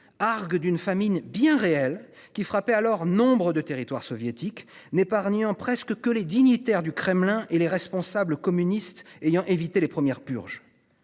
argue d'une famine bien réel qui frappait alors nombre de territoires soviétiques n'épargnant presque que les dignitaires du Kremlin et les responsables communistes ayant évité les premières purges.